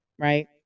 right